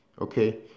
okay